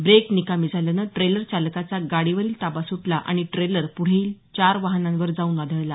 break निकामी झाल्याने trailer चालकाचा गाडीवरील ताबा सुटला आणि ट्रेलर पुढील चार वाहनांवर जाऊन आदळला